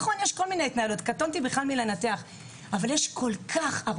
נכון, יש כל מיני התנהלויות - קטונתי מלנתח.